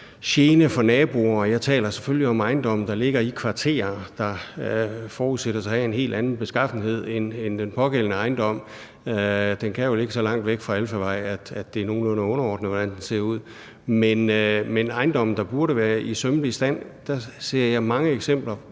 gene for naboerne, og jeg taler selvfølgelig om ejendomme, der ligger i kvarterer, der forudsættes at have en helt anden beskaffenhed end den pågældende ejendom. Den kan jo ligge så langt væk fra alfarvej, at det er nogenlunde underordnet, hvordan den ser ud, men hvad angår ejendomme, der burde være i sømmelig stand, ser jeg mange eksempler,